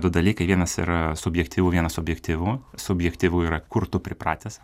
du dalykai vienas yra subjektyvu vienas objektyvu subjektyvu yra kur tu pripratęs